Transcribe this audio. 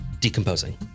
decomposing